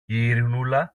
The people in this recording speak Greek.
ειρηνούλα